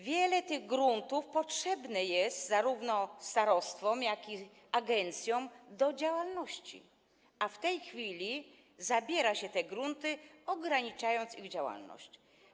Wiele tych gruntów potrzebne jest zarówno starostwom, jak i agencjom do działalności, a w tej chwili zabiera się te grunty, ograniczając ich działalność.